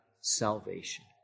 salvation